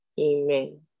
amen